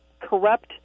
corrupt